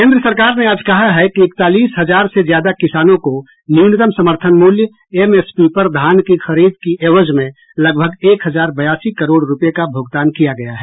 केन्द्र सरकार ने आज कहा है कि इकतालीस हजार से ज्यादा किसानों को न्यूनतम समर्थन मूल्य एमएसपी पर धान की खरीद की ऐवज में लगभग एक हजार बयासी करोड़ रूपये का भुगतान किया गया है